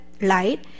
light